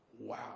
wow